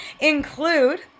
include